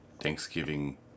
Thanksgiving